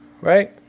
right